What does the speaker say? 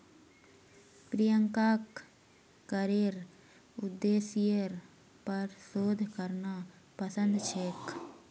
प्रियंकाक करेर उद्देश्येर पर शोध करना पसंद छेक